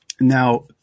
Now